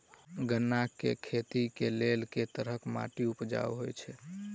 गन्ना केँ खेती केँ लेल केँ तरहक माटि उपजाउ होइ छै?